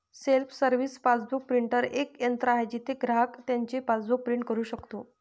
self service passbook printer एक यंत्र आहे जिथे ग्राहक त्याचे पासबुक प्रिंट करू शकतो